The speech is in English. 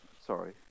Sorry